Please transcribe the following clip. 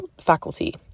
faculty